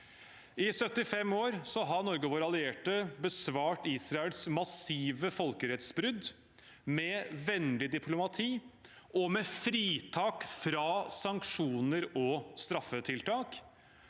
I 75 år har Norge og våre allierte besvart Israels massive folkerettsbrudd med vennlig diplomati og med fritak fra sanksjoner og straffetiltak.